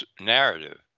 narrative